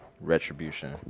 Retribution